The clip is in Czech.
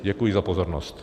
Děkuji za pozornost.